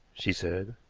she said.